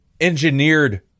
engineered